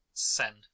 send